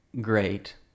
great